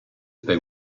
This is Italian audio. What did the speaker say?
stai